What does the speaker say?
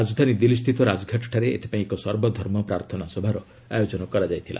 ରାଜଧାନୀ ଦିଲ୍ଲୀସ୍ଥିତ ରାଜଘାଟଠାରେ ଏଥିପାଇଁ ଏକ ସର୍ବଧର୍ମ ପ୍ରାର୍ଥନା ସଭାର ଆୟୋଜନ କରାଯାଇଥିଲା